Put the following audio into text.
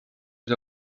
der